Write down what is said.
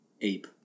ape